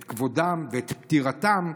את כבודם ואת פטירתם.